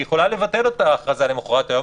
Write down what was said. היא יכולה לבטל את ההכרזה למוחרת היום,